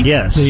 Yes